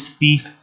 thief